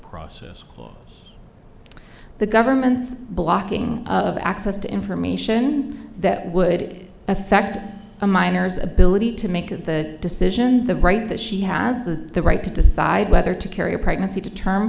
process or the government's blocking of access to information that would affect a miner's ability to make a decision the right that she has the right to decide whether to carry a pregnancy to term